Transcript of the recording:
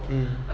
mm